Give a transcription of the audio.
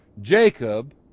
Jacob